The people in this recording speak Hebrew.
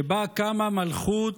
שבה קמה מלכות